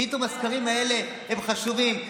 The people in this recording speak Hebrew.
פתאום הסקרים האלה הם חשובים.